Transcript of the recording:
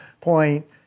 point